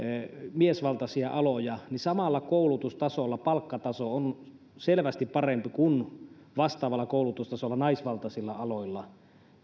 miesvaltaisia aloja niin samalla koulutustasolla palkkataso on selvästi parempi kuin vastaavalla koulutustasolla naisvaltaisilla aloilla